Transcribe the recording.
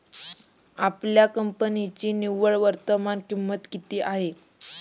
आपल्या कंपन्यांची निव्वळ वर्तमान किंमत किती आहे?